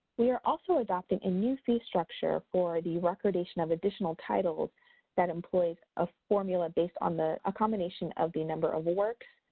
we are also adopting a new fee structure for the recordation of additional titles that employs a formula base on the accommodation of the number of works,